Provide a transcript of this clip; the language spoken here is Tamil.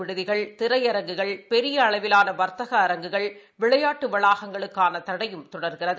விடுதிகள் திரையரங்குகள் பெரியஅளவிலானவா்த்தக உணவு அரங்குகள் விளையாட்டுவளாகங்களுக்கானதடையும் தொடர்கிறது